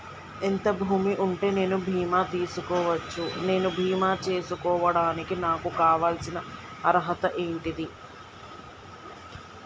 ఎంత భూమి ఉంటే నేను బీమా చేసుకోవచ్చు? నేను బీమా చేసుకోవడానికి నాకు కావాల్సిన అర్హత ఏంటిది?